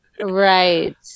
Right